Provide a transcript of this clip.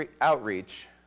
outreach